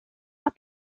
not